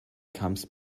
comes